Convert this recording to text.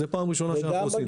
זו פעם ראשונה שאנחנו עושים.